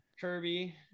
Kirby